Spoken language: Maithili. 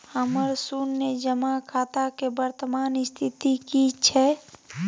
हमर शुन्य जमा खाता के वर्तमान स्थिति की छै?